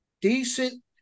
decent